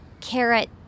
Carrot